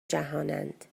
جهانند